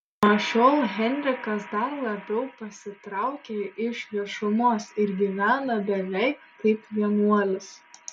nuo šiol henrikas dar labiau pasitraukia iš viešumos ir gyvena beveik kaip vienuolis